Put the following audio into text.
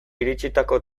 iritsitako